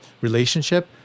relationship